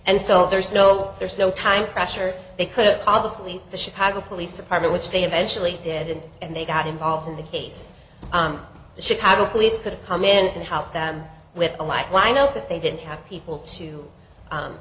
and so there's no there's no time pressure they could call the police the chicago police department which they eventually did and they got involved in the case the chicago police could come in and help them with a light wind up that they didn't have people to